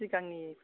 सिगांनि